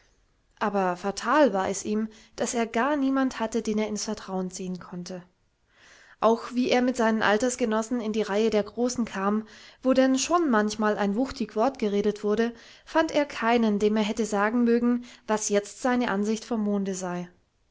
aber fatal war es ihm daß er gar niemand hatte den er ins vertrauen ziehen konnte auch wie er mit seinen altersgenossen in die reihe der großen kam wo denn schon manchmal ein wuchtig wort geredet wurde fand er keinen dem er hätte sagen mögen was jetzt seine ansicht vom monde sei